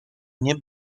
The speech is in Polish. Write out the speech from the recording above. nie